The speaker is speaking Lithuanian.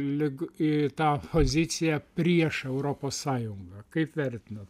lyg į tą poziciją prieš europos sąjungą kaip vertinat